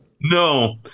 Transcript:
No